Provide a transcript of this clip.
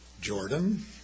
Jordan